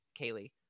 Kaylee